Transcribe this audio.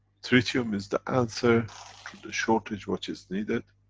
tritium is the answer to the shortage, which is needed.